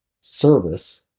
service